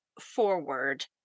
forward